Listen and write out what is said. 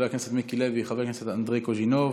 מיקי לוי, אנדרי קוז'ינוב,